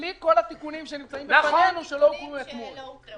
בלי כל התיקונים שנמצאים ולא הוקראו אתמול.